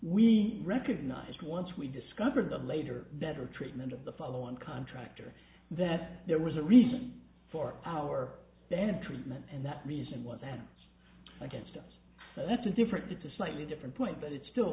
we recognize once we discovered the later better treatment of the follow on contract or that there was a reason for our then treatment and that reason was that it's against us so that's a different it's a slightly different point but it still